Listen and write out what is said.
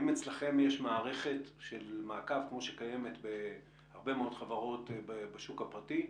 האם אצלכם יש מערכת של מעקב כמו שקיימת בהרבה מאוד חברות בשוק הפרטי,